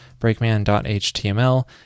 breakman.html